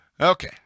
Okay